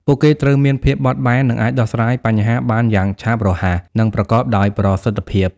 ពួកគេត្រូវមានភាពបត់បែន និងអាចដោះស្រាយបញ្ហាបានយ៉ាងឆាប់រហ័ស និងប្រកបដោយប្រសិទ្ធភាព។